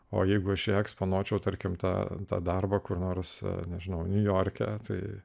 o jeigu aš eksponuočiau tarkim tą darbą kur nors nežinau niujorke tai